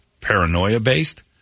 paranoia-based